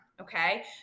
Okay